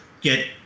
get